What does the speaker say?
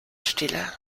stille